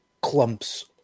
clumps